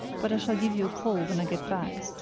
but i shall give you a call when i get back.